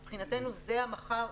מבחינתנו, זה המחר.